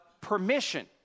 permission